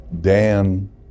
Dan